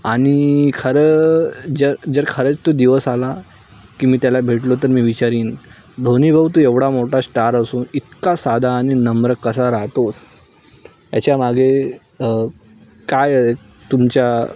आणि खरं जर जर खरंच तो दिवस आला की मी त्याला भेटलो तर मी विचारीन धोनीभाऊ तू एवढा मोठा स्टार असून इतका साधा आणि नम्र कसा राहतो आहेस याच्यामागे काय आहे तुमच्या